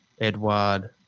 Edward